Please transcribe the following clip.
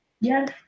yes